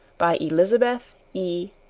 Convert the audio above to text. by elizabeth e.